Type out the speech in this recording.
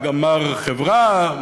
וגם מר חברה,